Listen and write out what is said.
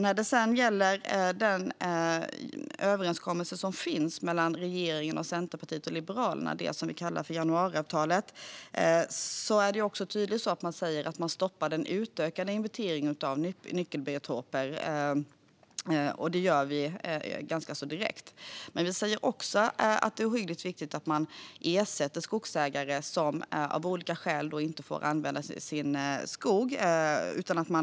När det sedan gäller den överenskommelse som finns mellan regeringen, Centerpartiet och Liberalerna - det som vi kallar för januariavtalet - är det tydligt att man säger att man stoppar den utökade inventeringen av nyckelbiotoper. Det gör vi ganska direkt. Men vi säger också att det är ohyggligt viktigt att man ersätter skogsägare som av olika skäl inte får använda sin skog.